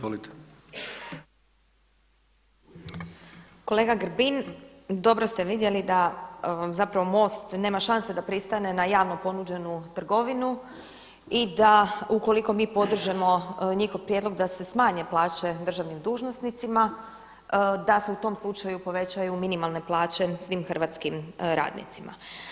Kolega Grbin, dobro ste vidjeli da vam MOST zapravo nema šanse da pristane na javno ponuđenu trgovinu i da ukoliko mi podržimo njihov prijedlog da se smanje plaće državnim dužnosnicima, da se u tom slučaju povećaju minimalne plaće svim hrvatskim radnicima.